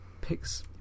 picks